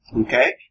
Okay